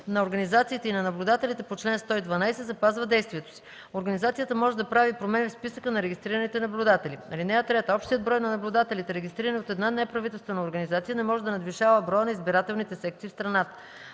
на организациите и на наблюдателите по чл. 112 запазва действието си. Организацията може да прави промени в списъка на регистрираните наблюдатели. (3) Общият брой на наблюдателите, регистрирани от една неправителствена организация, не може да надвишава броя на избирателните секции в страната.